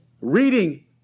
reading